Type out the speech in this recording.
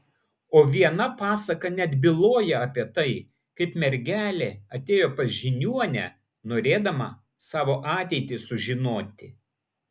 o viena pasaka net byloja apie tai kaip mergelė atėjo pas žiniuonę norėdama savo ateitį sužinoti